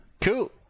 Cool